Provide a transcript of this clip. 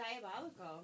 diabolical